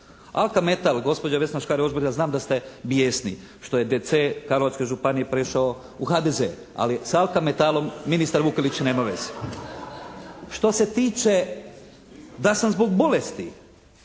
“Altermetal“ gospođo Vesna Škare Ožbolt ja znam da ste bijesni što je DC Karlovačke županije prešao u HDZ ali sa “Altermetal“-om ministar Vukelić nema veze. Što se tiče da sam zbog bolesti